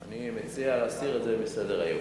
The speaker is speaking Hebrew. אני מציע להסיר את זה מסדר-היום.